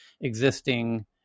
existing